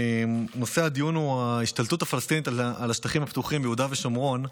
נושא הדיון הוא ההשתלטות הפלסטינית על השטחים הפתוחים ביהודה ושומרון.